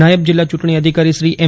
નાયબ જીલ્લા ચૂંટણી અધિકારી શ્રી એમ